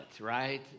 right